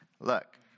look